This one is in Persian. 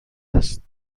است